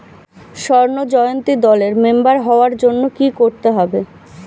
স্বর্ণ জয়ন্তী দলের মেম্বার হওয়ার জন্য কি করতে হবে?